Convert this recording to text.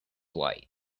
light